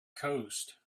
coast